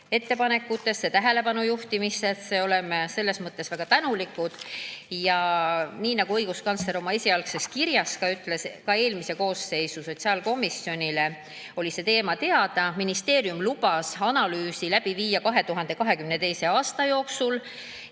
ettepanekutesse ja tähelepanujuhtimistesse. Oleme nende eest väga tänulikud. Nii nagu õiguskantsler oma esialgses kirjas ütles, ka eelmise koosseisu sotsiaalkomisjonile oli see teema teada. Ministeerium lubas analüüsi läbi viia 2022. aasta jooksul.